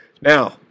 Now